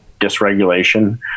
dysregulation